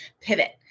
pivot